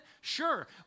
Sure